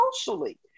socially